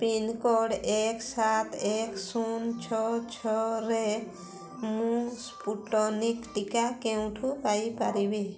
pincode ଏକ ସାତ ଏକ ଶୂନ ଛଅ ଛଅରେ ମୁଁ ସ୍ପୁଟନିକ୍ ଟିକା କେଉଁଠୁ ପାଇପାରିବି